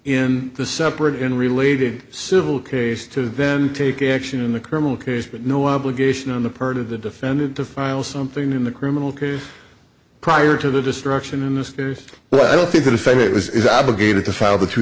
in the separate and related civil case to vend take action in the criminal case but no obligation on the part of the defendant to file something in the criminal case prior to the destruction in the stairs but i don't think that if it was obligated to file the two